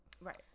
Right